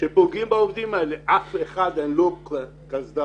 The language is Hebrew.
שפוגעים בעובדים האלה: אף אחד אין לו קסדה,